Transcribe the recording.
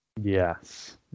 Yes